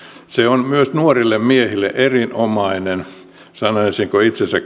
se on myös nuorille miehille erinomainen sanoisinko itsensä